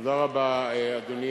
אדוני